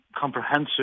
comprehensive